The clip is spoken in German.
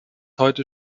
heute